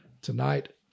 Tonight